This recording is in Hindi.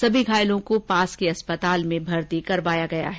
सभी घायलों को पास के अस्पताल में भर्ती करवाया गया है